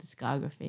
discography